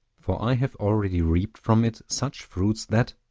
for i have already reaped from it such fruits that,